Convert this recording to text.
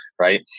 right